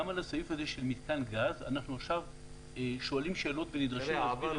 גם על הסעיף הזה של מיתקן גז אנחנו עכשיו שואלים שאלות ונדרשים להסביר.